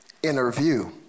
Interview